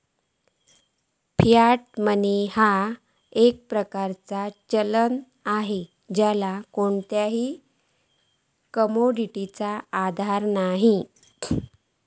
Fiat money ह्यो एक प्रकारचा चलन असा ज्याका कोणताही कमोडिटीचो आधार नसा